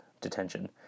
detention